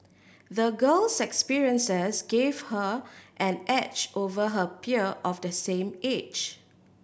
the girl's experiences gave her an edge over her peer of the same age